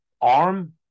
arm